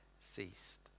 ceased